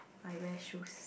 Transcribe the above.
I wear shorts